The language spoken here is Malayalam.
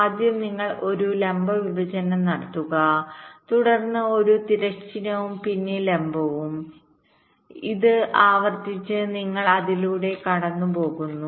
ആദ്യം നിങ്ങൾ ഒരു ലംബ വിഭജനം നടത്തുക തുടർന്ന് ഒരു തിരശ്ചീനവും പിന്നെ ലംബവുംഇത് ആവർത്തിച്ച് നിങ്ങൾ അതിലൂടെ കടന്നുപോകുന്നു